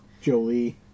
Jolie